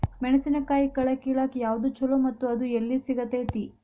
ಮೆಣಸಿನಕಾಯಿ ಕಳೆ ಕಿಳಾಕ್ ಯಾವ್ದು ಛಲೋ ಮತ್ತು ಅದು ಎಲ್ಲಿ ಸಿಗತೇತಿ?